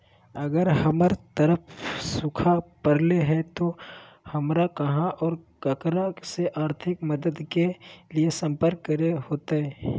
अगर हमर तरफ सुखा परले है तो, हमरा कहा और ककरा से आर्थिक मदद के लिए सम्पर्क करे होतय?